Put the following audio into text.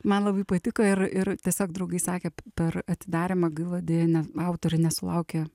man labai patiko ir ir tiesiog draugai sakė per atidarymą gaila deja ne autorė nesulaukė